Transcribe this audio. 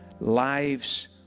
Lives